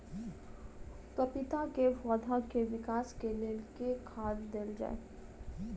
पपीता केँ पौधा केँ विकास केँ लेल केँ खाद देल जाए?